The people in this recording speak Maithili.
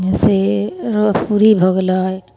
तहन से एगो पूड़ी भऽ गेलै